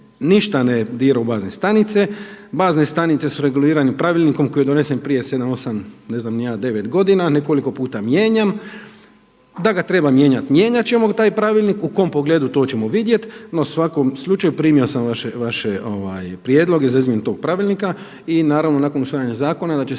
ništa ne dira u bazne stanice. Bazne stanice su regulirane Pravilnikom koji je donesen prije 7, 8 ne znam ni ja 9 godina, nekoliko puta mijenjan. Da ga treba mijenjat, mijenjat ćemo taj Pravilnik. U kom pogledu to ćemo vidjeti, no u svakom slučaju primio sam vaše prijedloge za izmjenu tog pravilnika. I naravno nakon usvajanja zakona da će se